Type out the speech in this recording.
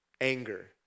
Anger